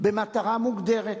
במטרה מוגדרת,